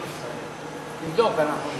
תבדוק, אנחנו,